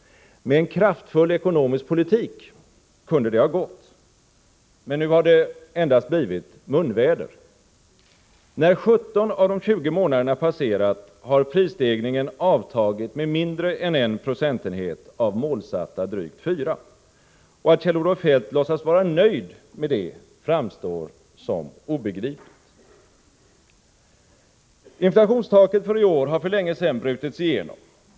Med en kraftfull ekonomisk politik kunde det ha gått. Men nu har det endast blivit munväder. När 17 av de 20 månaderna passerat, har prisstegringen avtagit med mindre än 1 procentenhet av målsatta drygt 4. Att Kjell-Olof Feldt låtsas vara nöjd med detta framstår som obegripligt. Inflationstaket för i år har för länge sedan brutits igenom.